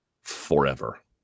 forever